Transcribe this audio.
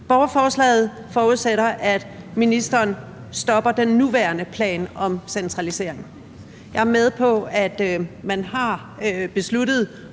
Borgerforslaget forudsætter, at ministeren stopper den nuværende plan om centralisering. Jeg er med på, at man har lavet